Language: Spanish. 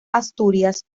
asturias